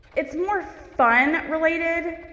it's more fun related.